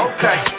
Okay